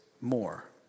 more